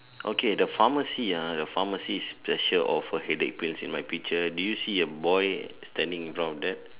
okay the pharmacy ah the pharmacy special offer headache pills in my picture do you see a boy standing in front of that